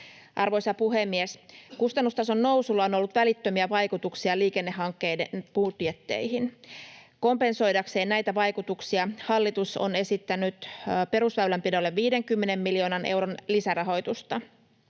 Arvoisa puhemies! Kustannustason nousulla on ollut välittömiä vaikutuksia liikennehankkeiden budjetteihin. Kompensoidakseen näitä vaikutuksia hallitus on esittänyt perusväylänpidolle 50 miljoonan euron lisärahoitusta.